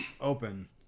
open